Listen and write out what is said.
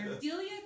Delia